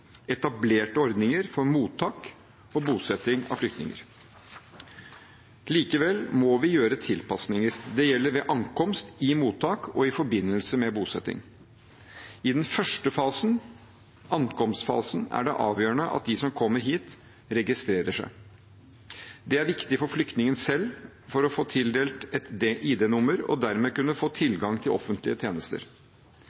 gjøre tilpasninger. Det gjelder ved ankomst, i mottak og i forbindelse med bosetting. I den første fasen – ankomstfasen – er det avgjørende at de som kommer hit, registrerer seg. Det er viktig for flyktningen selv, for å få tildelt et ID-nummer og dermed kunne få tilgang til